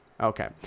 okay